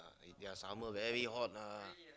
their summer very hot lah